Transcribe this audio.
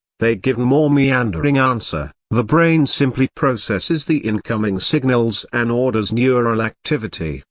they give a more meandering answer, the brain simply processes the incoming signals and orders neural activity,